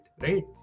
right